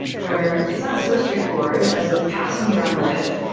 where it's not so straightforward as a passenger on lyft.